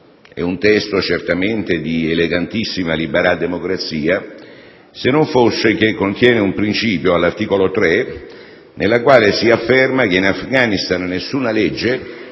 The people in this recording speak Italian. un testo di elegantissima liberaldemocrazia, se non fosse che contiene un principio, all'articolo 3, in cui si afferma che in Afghanistan nessuna legge,